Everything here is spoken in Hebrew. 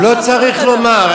הוא לא צריך לומר,